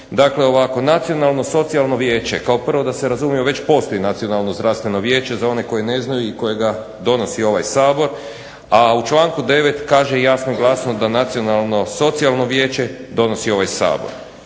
Dakle ovako nacionalno socijalno vijeće, kao prvo da se razumijemo već postoji nacionalno zdravstveno vijeće, za one koji ne znaju i kojega donosi ovaj Sabor, a u članku 9. kaže jasno i glasno da nacionalno socijalno vijeće donosi ovaj Sabor.